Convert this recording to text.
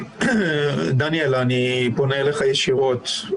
דניאל, אני פונה אליך ישירות.